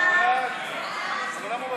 סעיף 2,